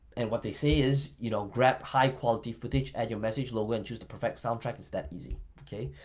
and what they say is, you know grab high quality footage, add your message, logo and choose the perfect soundtrack. it's that easy, okay?